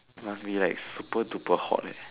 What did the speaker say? must be like super duper hot